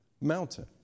mountain